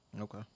Okay